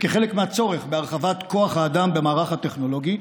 וכחלק מהצורך בהרחבת כוח האדם במערך הטכנולוגי,